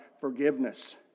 forgiveness